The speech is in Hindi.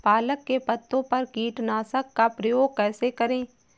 पालक के पत्तों पर कीटनाशक का प्रयोग कैसे करें?